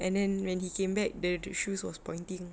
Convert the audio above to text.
and then when he came back the the shoes was pointing